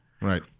Right